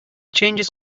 changes